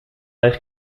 euch